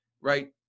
right